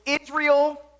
Israel